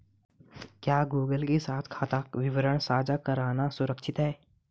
क्या गूगल के साथ खाता विवरण साझा करना सुरक्षित है?